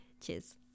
cheers